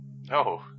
No